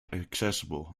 accessible